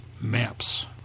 Maps